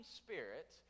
spirit